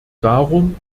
darum